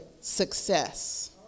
success